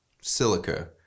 silica